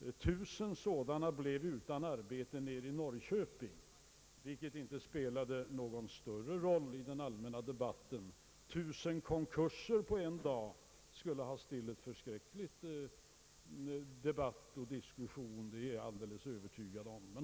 1000 arbetare blev friställda vid ett och samma tillfälle i Norrköping, vilket inte tycktes spela någon större roll i den allmänna debatten. 1000 konkurser på en dag skulle ha fört med sig en förskräcklig diskussion, det är jag alldeles övertygad om.